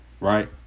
right